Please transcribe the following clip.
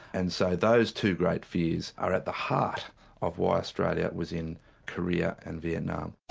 and so those two great fears are at the heart of why australia was in korea and vietnam.